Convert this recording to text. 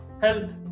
health